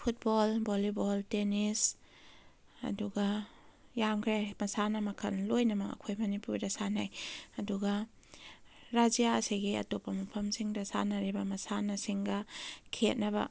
football volleyball tennis ꯑꯗꯨꯒ ꯌꯥꯝꯈ꯭ꯔꯦ ꯃꯁꯥꯟꯅ ꯃꯈꯜ ꯂꯣꯏꯅꯃꯛ ꯑꯩꯈꯣꯏ ꯃꯅꯤꯄꯨꯔꯗ ꯁꯥꯟꯅꯩ ꯑꯗꯨꯒ ꯔꯥꯖ꯭ꯌꯥ ꯑꯁꯤꯒꯤ ꯑꯇꯣꯞꯄ ꯃꯐꯝꯁꯤꯡꯗ ꯁꯥꯟꯅꯔꯤꯕ ꯃꯁꯥꯟꯅꯁꯤꯡꯒ ꯈꯦꯠꯅꯕ